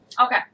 Okay